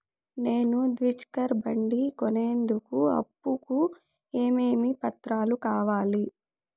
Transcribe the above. నేను ద్విచక్ర బండి కొనేందుకు అప్పు కు ఏమేమి పత్రాలు కావాలి?